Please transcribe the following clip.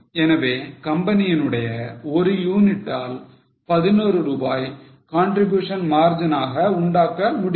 எனவே கம்பெனியுடைய ஒரு யூனிட்டால் 11 ரூபாயை contribution margin ஆக உண்டாக்க முடியும்